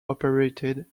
operated